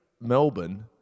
Melbourne